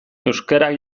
euskara